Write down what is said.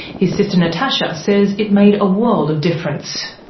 his sister natasha says it made a world of difference.